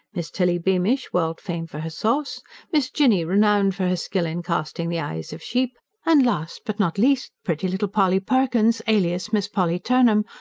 miss tilly beamish, world-famed for her sauce miss jinny, renowned for her skill in casting the eyes of sheep and, last but not least, pretty little polly perkins, alias miss polly turnham,